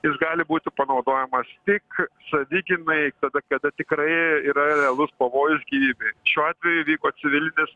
jis gali būti panaudojamas tik savigynai tada kada tikrai yra realus pavojus gyvybei šiuo atveju įvyko civilinis